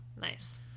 Nice